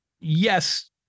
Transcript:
yes